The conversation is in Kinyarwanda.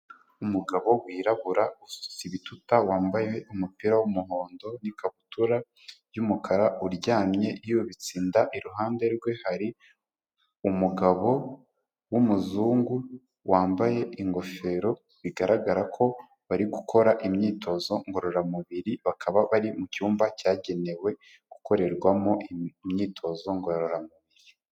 Umugabo wirabura usutse ibituta wambaye umupira w'umuhondo n'ikabutura y'umukara uryamye yubitse inda, iruhande rwe hari umugabo w'umuzungu wambaye ingofero bigaragara ko bari gukora imyitozo ngororamubiri bakaba bari mu cyumba cyagenewe gukorerwamo imyitozo ngororamubiri.